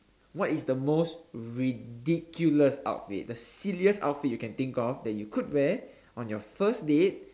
what is the most ridiculous outfit the silliest outfit you can think of that you could wear on your first date